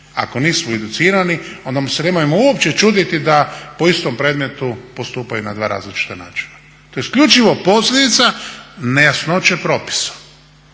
ako nisu educirani onda se nemojmo uopće čuditi da po istom predmetu postupaju na dva različita načina. To je isključivo posljedica nejasnoće propisa.